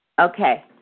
Okay